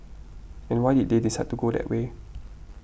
and why did they decide to go that way